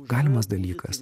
galimas dalykas